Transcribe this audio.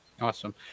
Awesome